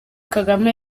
kagame